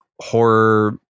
horror